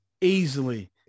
Easily